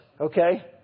Okay